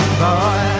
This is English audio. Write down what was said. boy